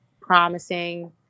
promising